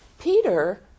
Peter